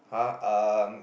!huh! um